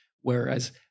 Whereas